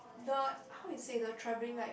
the how it say the travelling like